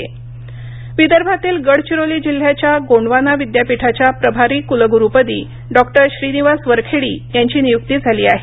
गोंडवाना विद्यापीठ विदर्भातील गडचिरोली जिल्ह्याच्या गोंडवाना विद्यापीठाच्या प्रभारी कुलगुरूपदी डॉक्टर श्रीनिवास वरखेडी यांची नियुक्ती झाली आहे